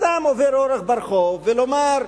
סתם עוברי אורח ברחוב, ולומר: